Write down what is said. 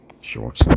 short